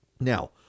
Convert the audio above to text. Now